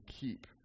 keep